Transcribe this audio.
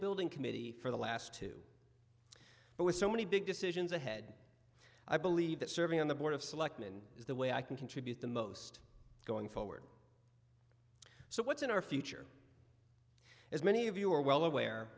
building committee for the last two but with so many big decisions ahead i believe that serving on the board of selectmen is the way i can contribute the most going forward so what's in our future as many of you are well aware